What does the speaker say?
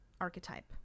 archetype